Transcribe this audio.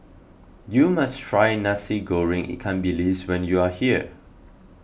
you must try Nasi Goreng Ikan Bilis when you are here